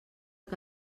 que